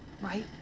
Right